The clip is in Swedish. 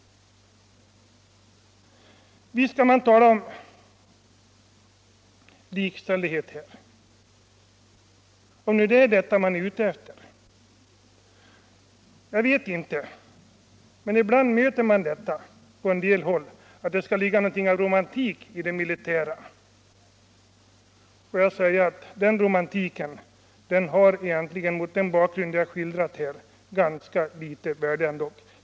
Visst kan man tala om likställighet, om det nu är det man är ute efter. Jag vet inte. Ibland möter man inställningen att det skulle finnas något av romantik över det militära. Låt mig säga att den romantiken mot den bakgrund jag här skildrat har intet värde.